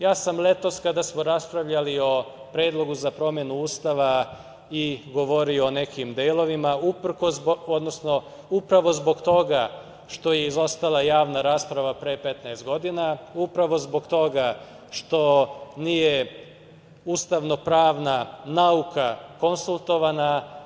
Ja sam letos kada smo raspravljali o Predlogu za promenu Ustava i govorio o nekim delovima uprkos, odnosno upravo zbog toga što je izostala javna rasprava pre 15 godina, upravo zbog toga što nije ustavno-pravna nauka konsultovana.